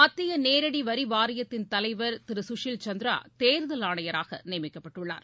மத்திய நேரடி வரி வாரியத்தின் தலைவர் திரு குஷில் சந்திரா தேர்தல் ஆணையராக நியமிக்கப்பட்டுள்ளார்